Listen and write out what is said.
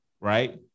right